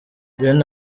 ben